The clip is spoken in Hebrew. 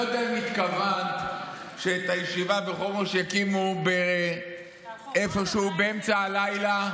לא יודע אם התכוונת שאת הישיבה בחומש יקימו איפשהו באמצע הלילה,